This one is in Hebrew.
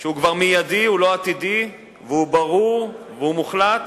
שהוא כבר מיידי, לא עתידי, והוא ברור ומוחלט,